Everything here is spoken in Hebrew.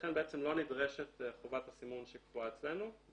ולכן בעצם לא נדרשת חובת הסימון שקבועה אצלנו.